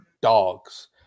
dogs